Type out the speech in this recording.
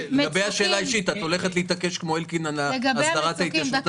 ואת הולכת להתעקש כמו אלקין לגבי הסדרת ההתיישבות הצעירה?